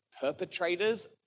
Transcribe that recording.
perpetrators